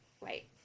wait